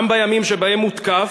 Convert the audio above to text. גם בימים שבהם הותקף,